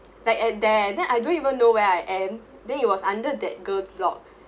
like at there then I don't even know where I am then he was under that block